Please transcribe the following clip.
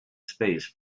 space